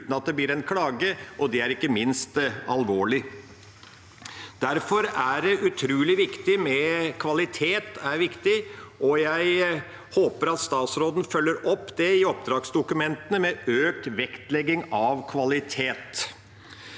uten at det blir en klage, og det er ikke minst alvorlig. Derfor er kvalitet utrolig viktig, og jeg håper at statsråden følger det opp i oppdragsdokumentene med økt vektlegging av kvalitet.